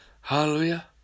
Hallelujah